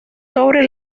sobre